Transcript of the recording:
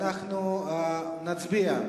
נצביע.